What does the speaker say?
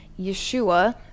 Yeshua